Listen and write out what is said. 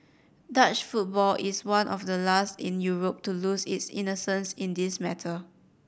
Dutch football is one of the last in Europe to lose its innocence in this matter